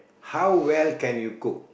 how well can you cook